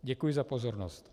Děkuji za pozornost.